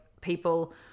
people